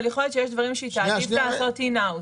אבל יכול להיות שיש דברים שהיא תעדיף לעשות in house.